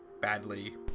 badly